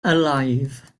alive